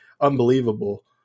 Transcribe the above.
unbelievable